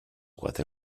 what